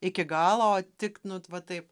iki galo tik nu t va taip